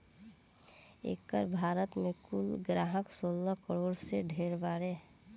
एकर भारत मे कुल ग्राहक सोलह करोड़ से ढेर बारे